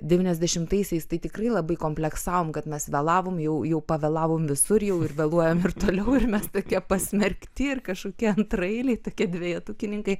devyniasdešimtaisiais tai tikrai labai kompleksavom kad mes vėlavom jau jau pavėlavom visur jau ir vėluojam ir toliau ir mes tokie pasmerkti ir kažkokie antraeiliai tokie dvejetukininkai